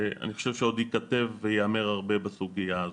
שאני חושב שעוד ייכתב וייאמר הרבה בסוגיה הזו.